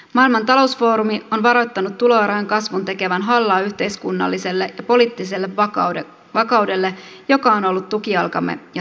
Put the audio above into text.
maailman talousfoorumi on varoittanut tuloerojen kasvun tekevän hallaa yhteiskunnalliselle ja poliittiselle vakaudelle joka on ollut tukijalkamme ja selkärankamme